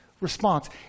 Response